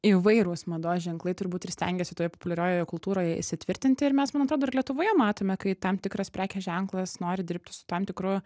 įvairūs mados ženklai turbūt ir stengiasi toje populiariojoje kultūroje įsitvirtinti ir mes man atrodo ir lietuvoje matome kai tam tikras prekės ženklas nori dirbti su tam tikru